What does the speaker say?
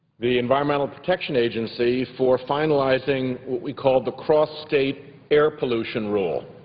the environmental protection agency for finalizing what we call the cross-state air pollution rule